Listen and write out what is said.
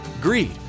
Greed